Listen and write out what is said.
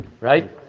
right